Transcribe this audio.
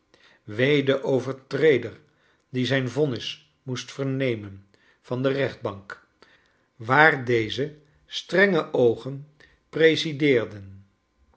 wee den overtreder die zijn vonnia moest vernemen van de rechtbank waar deze strenge oogen